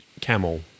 camel